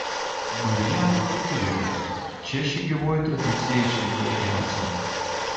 marija augo dzūkijoje čia ši gyvoji tradicija išliko ilgiausiai